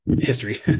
History